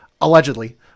allegedly